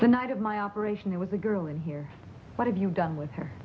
the night of my operation there was a girl in here what have you done with her